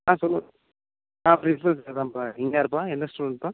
ஆ சொல்லுங்கள் நான் பிரின்சிபல் பேசுகிறேன் தான்ப்பா நீங்கள் யாருப்பா எந்த ஸ்டூடண்ட்டுப்பா